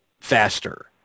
faster